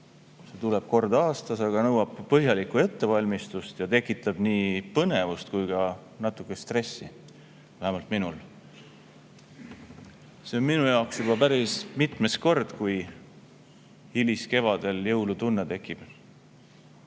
tuleb kord aastas, aga nõuab põhjalikku ettevalmistust ja tekitab nii põnevust kui ka natukene stressi, vähemalt minul. See on minu jaoks juba päris mitmes kord, kui hiliskevadel jõulutunne tekib.